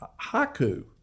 haiku